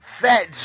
fat